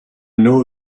know